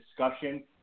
discussion